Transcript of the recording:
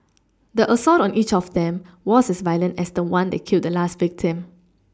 the assault on each of them was as violent as the one that killed the last victim